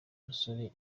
musore